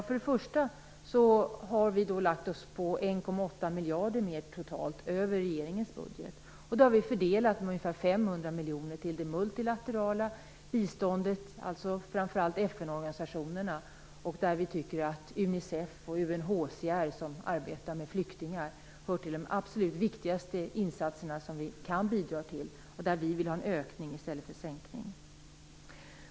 Först och främst har vi lagt oss på totalt 1,8 miljarder över regeringens budget. Det har vi fördelat med ungefär 500 miljoner kronor till det multilaterala biståndet, dvs. framför allt FN-organisationerna. Vi tycker att Unicef och UNHCR, som arbetar med flyktingar, hör till de organisationer som gör de absolut viktigaste insatserna och som vi därför vill ge bidrag till. Där vill vi ha en ökning i stället för en sänkning.